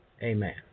Amen